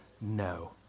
no